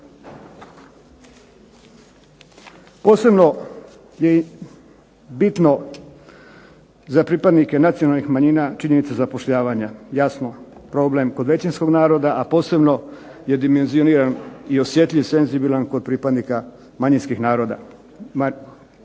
Posebno je bitno za pripadnike nacionalnih manjina činjenica zapošljavanja, jasno problem kod većinskog naroda, a posebno je dimenzioniran i osjetljiv senzibilan kod pripadnika manjinskih naroda,